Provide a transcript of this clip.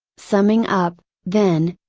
summing up, then,